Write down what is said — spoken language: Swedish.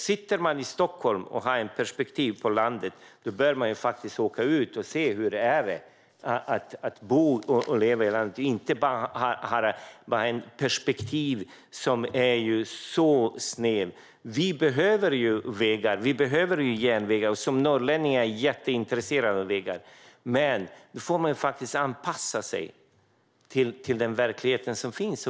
Sitter man i Stockholm och har perspektiv på landet bör man åka ut och se hur det är att bo och leva i landet. Det går inte att ha ett perspektiv som är så snävt. Vi behöver vägar och järnvägar. Som norrlänning är jag jätteintresserad av vägar. Men man får anpassa sig till den verklighet som finns.